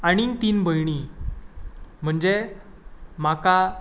आनीक तीन भयणी म्हणजे म्हाका